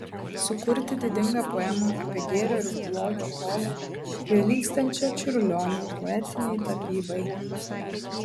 sukurti didingą poemą apie gėrio ir blogio kovą prilygstančią čiurlionio poetinei tapybai